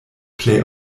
plej